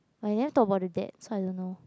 but he never talk about the dad so I don't know